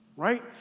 Right